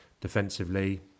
defensively